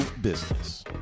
business